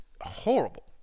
horrible